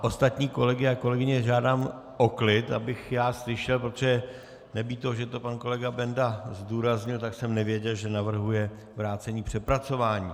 Ostatní kolegy a kolegyně žádám o klid, abych já slyšel, protože nebýt toho, že to pan kolega Benda zdůraznil, tak jsem nevěděl, že navrhuje vrácení k přepracování.